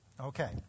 Okay